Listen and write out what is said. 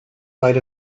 light